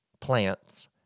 plants